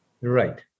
Right